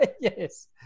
Yes